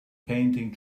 painting